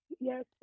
Yes